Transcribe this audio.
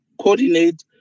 coordinate